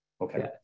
okay